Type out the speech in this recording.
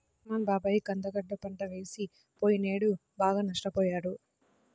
రెహ్మాన్ బాబాయి కంద గడ్డ పంట వేసి పొయ్యినేడు బాగా నష్టపొయ్యాడు